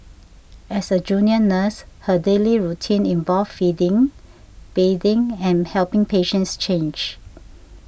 as a junior nurse her daily routine involved feeding bathing and helping patients change